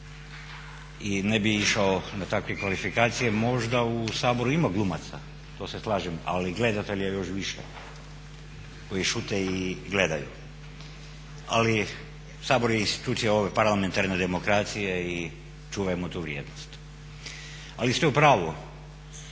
i ne bih išao na takve kvalifikacije. Možda u Saboru ima glumaca, to se slažem, ali gledatelja još više koji šute i gledaju. Ali Sabor je institucija ove parlamentarne demokracije i čuvajmo tu vrijednost. Ali ste u pravu